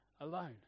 alone